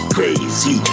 Crazy